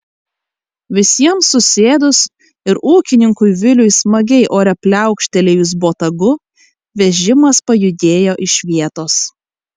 visiems susėdus ir ūkininkui viliui smagiai ore pliaukštelėjus botagu vežimas pajudėjo iš vietos